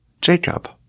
Jacob